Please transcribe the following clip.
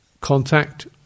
contact